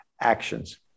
actions